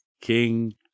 King